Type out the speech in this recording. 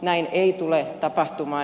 näin ei tule tapahtumaan